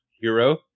hero